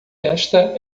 esta